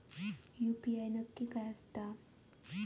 UPI नक्की काय आसता?